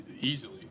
easily